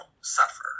suffer